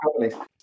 companies